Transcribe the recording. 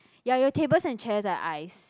ya your tables and chairs are ice